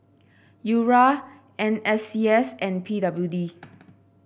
U R N S C S and P W D